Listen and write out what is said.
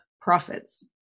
Profits